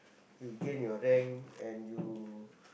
you gain your rank and you